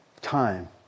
Time